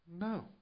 no